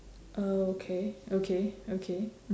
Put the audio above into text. oh okay okay okay